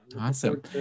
Awesome